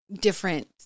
different